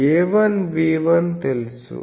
A1 B1 తెలుసు